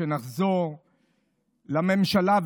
כשנחזור לממשלה,